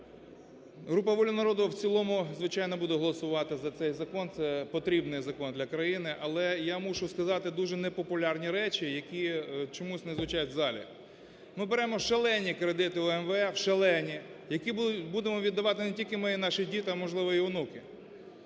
Група "Воля народу" в цілому, звичайно, буде голосувати за цей закон, це потрібний закон для країни. Але я мушу сказати дуже непопулярні речі, які чомусь не звучать в залі. Ми беремо шалені кредити у МВФ, шалені, які будемо віддавати не тільки ми і наші діти, а, можливо, і онуки.